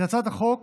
הצעת חוק